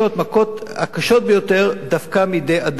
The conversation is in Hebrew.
המכות הקשות ביותר דווקא מידי אדם.